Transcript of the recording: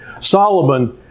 Solomon